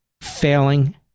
failing